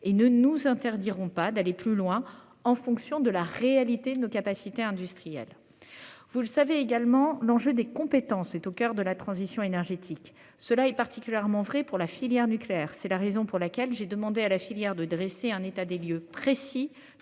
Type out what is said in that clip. et ne nous interdiront pas d'aller plus loin en fonction de la réalité de nos capacités industrielles. Vous le savez également l'enjeu des compétences est au coeur de la transition énergétique. Cela est particulièrement vrai pour la filière nucléaire. C'est la raison pour laquelle j'ai demandé à la filière de dresser un état des lieux précis